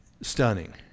stunning